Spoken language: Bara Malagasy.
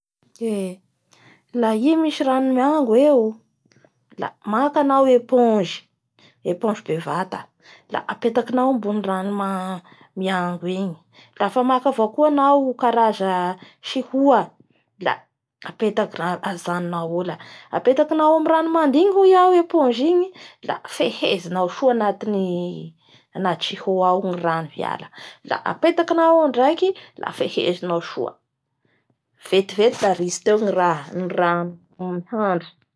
Eee! la i misy rano miango eo la maka anao eponge, eponge bevata la apetakinao ambinin'nr rano maiango igny afa maka avao koa anao karaza sihoa a apetaky la ajanonao eo la, apetakinao amin'ny rano mandoigny hoy iaho i eponge igny la fehezinao soa antin'ny sihoa ao ny rano hiala apetakianao eo ndraiky la fehezinao soa, vetivety da ritsy teo ny rah-ny rano mihandroky.